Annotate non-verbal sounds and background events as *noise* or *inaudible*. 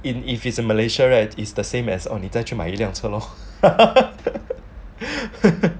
in if it's in malaysia right is the same as auditor 去买一辆车 lor *laughs*